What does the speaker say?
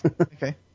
Okay